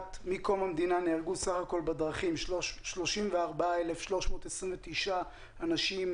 מקום המדינה נהרגו בסך הכול בדרכים 34,329 אנשים,